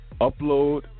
Upload